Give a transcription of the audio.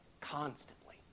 constantly